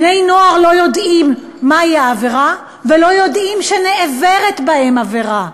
בני-נוער לא יודעים מהי העבירה ולא יודעים שנעברת בהם עבירה.